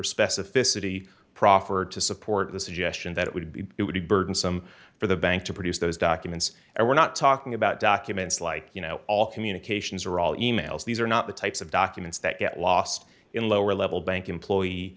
specificity proffered to support the suggestion that it would be it would be burdensome for the bank to produce those documents and we're not talking about documents like you know all communications or all e mails these are not the types of documents that get lost in a lower level bank employee